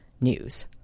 news